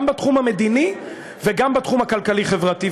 גם בתחום המדיני וגם בתחום הכלכלי-חברתי.